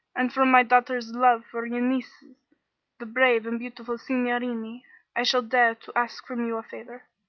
and from my daughter's love for your nieces the brave and beautiful signorini i shall dare to ask from you a favor.